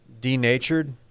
Denatured